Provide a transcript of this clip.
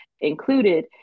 included